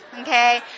Okay